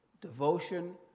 devotion